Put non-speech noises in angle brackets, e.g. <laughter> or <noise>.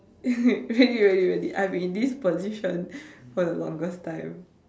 <laughs> really really really I'm in this position for the longest time